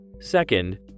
Second